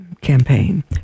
campaign